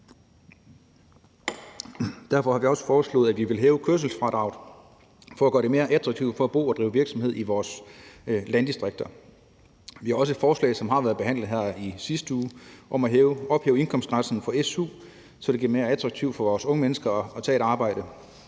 Derfor har vi bl.a. også foreslået, at vi vil hæve kørselsfradraget for at gøre det mere attraktivt at bo og drive virksomhed i vores landdistrikter. Vi har også et forslag, som har været behandlet her i sidste uge, om at ophæve indkomstgrænsen for su, så det bliver mere attraktivt for vores unge mennesker at tage et arbejde